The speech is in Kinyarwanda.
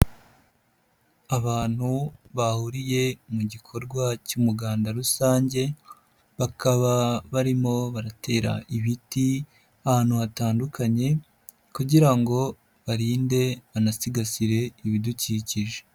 Abantu bahuriye mu gikorwa cy'umuganda rusange bakaba barimo baratera ibiti ahantu hatandukanye kugira ngo barinde banasigasire ibidukikije.